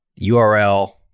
URL